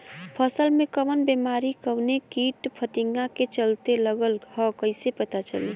फसल में कवन बेमारी कवने कीट फतिंगा के चलते लगल ह कइसे पता चली?